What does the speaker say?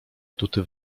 atuty